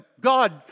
God